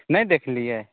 नहि देखलिये